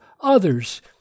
others